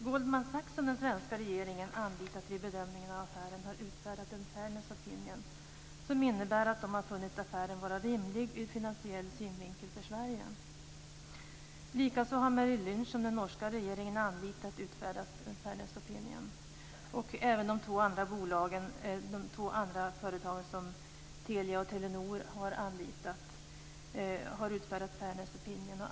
Goldman Sachs, som den svenska regeringen anlitat vid bedömningen av affären, har utfärdat en fairness opinion som innebär att man har funnit affären vara rimlig för Sverige ur finansiell synvinkel. Likaså har Merrill Lynch, som den norska regeringen anlitat, utfärdat en fairness opinion. Även de två andra företagen som Telia och Telenor anlitat har utfärdat en fairness opinion.